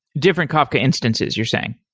different kafka instances you're saying.